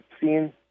seen